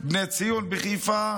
בני ציון בחיפה,